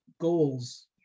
Goals